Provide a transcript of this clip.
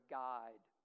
guide